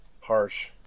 Harsh